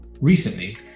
Recently